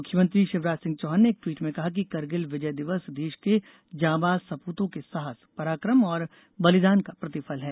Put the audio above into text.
मुख्यमंत्री शिवराज सिंह चौहान ने एक ट्वीट में कहा कि करगिल विजय दिवस देश के जांबाज सप्रतों के साहस पराकम और बलिदान का प्रतिफल है